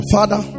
Father